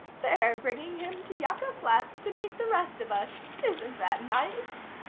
they're bringing him to yucca flats to meet the rest of us isn't that nice?